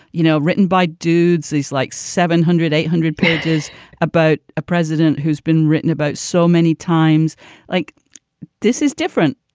you know, written by dudes, these like seven hundred, eight hundred pages about a president who's been written about so many times like this is different.